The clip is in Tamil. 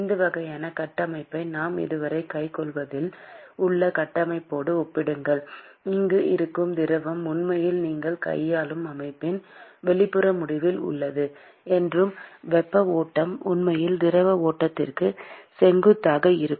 இந்த வகையான கட்டமைப்பை நாம் இதுவரை கையாள்வதில் உள்ள கட்டமைப்போடு ஒப்பிடுங்கள் அங்கு இருக்கும் திரவம் உண்மையில் நீங்கள் கையாளும் அமைப்பின் வெளிப்புற முடிவில் உள்ளது மற்றும் வெப்ப ஓட்டம் உண்மையில் திரவ ஓட்டத்திற்கு செங்குத்தாக இருக்கும்